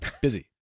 busy